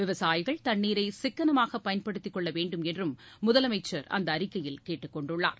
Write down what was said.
விவசாயிகள் தண்ணீரை சிக்கனமாக பயன்படுத்திக் கொள்ள வேண்டும் என்றும் முதலமைச்சர் அந்த அறிக்கையில் கேட்டுக்கொண்டுள்ளார்